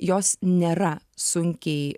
jos nėra sunkiai